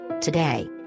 Today